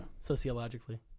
Sociologically